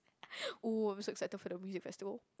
!woo! I'm so excited for the music festival